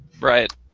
Right